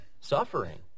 suffering